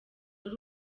ari